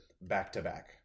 back-to-back